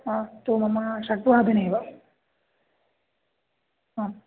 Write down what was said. तत्तु मम षड्वादने एव हा